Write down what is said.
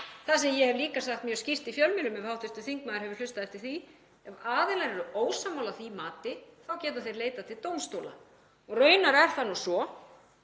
Það sem ég hef líka sagt mjög skýrt í fjölmiðlum, ef hv. þingmaður hefur hlustað eftir því, er að ef aðilar eru ósammála því mati þá geta þeir leitað til dómstóla og raunar er það nú svo